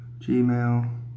Gmail